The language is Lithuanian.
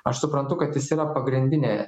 aš suprantu kad jis yra pagrindinė